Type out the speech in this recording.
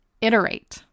iterate